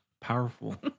Powerful